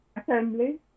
assembly